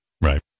Right